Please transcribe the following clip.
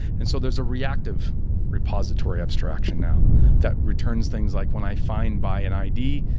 and so there's a reactive repository abstraction now that returns things like when i find by an id,